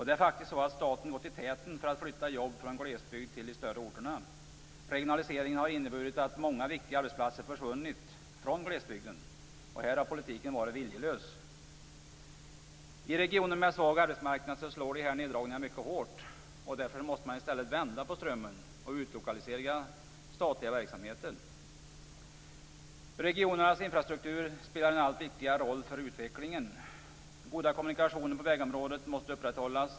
Det är faktiskt så att staten gått i täten för att flytta jobb från glesbygd till de större orterna. Regionaliseringen har inneburit att många viktiga arbetsplatser försvunnit från glesbygden. Här har politiken varit viljelös. I regioner med svag arbetsmarknad slår dessa neddragningar mycket hårt. Därför måste man i stället vända på strömmen och utlokalisera statliga verksamheter. Regionernas infrastruktur spelar en allt viktigare roll för utvecklingen. Goda kommunikationer på vägområdet måste upprätthållas.